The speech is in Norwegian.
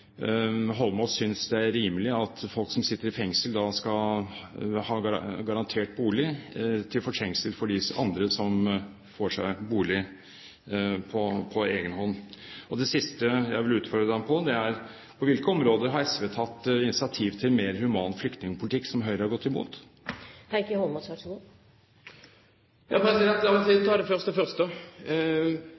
Holmås synes det er rimelig at folk som sitter i fengsel, skal ha garantert bolig til fortrengsel for andre som får seg bolig på egen hånd. Det siste jeg vil utfordre ham på, er: På hvilke områder har SV tatt initiativ til mer human flyktningpolitikk som Høyre har gått imot? La meg ta det første først: Den gangen Erna Solberg – altså leder for Høyre og det